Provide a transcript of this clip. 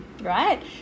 right